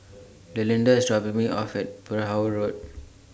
Delinda IS dropping Me off At Perahu Road